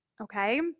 Okay